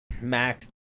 max